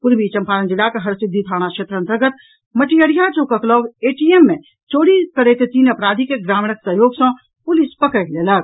पूर्वी चंपारण जिलाक हरसिद्धि थाना क्षेत्र अंतर्गत मटियरिया चौकक लऽग एटीएम मे चोरी करैत तीन अपराधी के ग्रामीणक सहयोग सॅ पुलिस पकड़ि लेलक